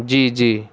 جی جی